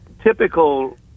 typical